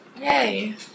Yay